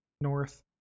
north